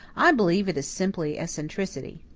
i believe it is simply eccentricity.